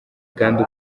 kandi